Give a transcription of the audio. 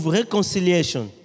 reconciliation